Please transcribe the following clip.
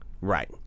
Right